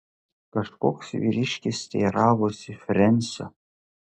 kažkoks vyriškis teiravosi frensio